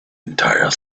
entire